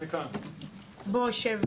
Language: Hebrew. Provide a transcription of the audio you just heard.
בוקר טוב